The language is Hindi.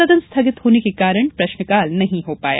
सदन स्थगित होने के कारण प्रश्नकाल नहीं हो पाया